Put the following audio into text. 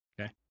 Okay